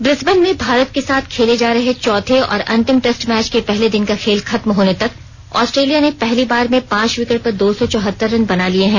Brisbane में भारत के साथ खेले जा रहे चौथे और अंतिम टेस्ट मैच के पहले दिन का खेल खत्म होने तक आस्ट्रेलिया ने पहली बार में पांच विकेट पर दो सौ चौहतर रन बना लिए हैं